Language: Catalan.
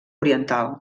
oriental